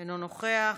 אינו נוכח.